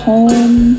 Home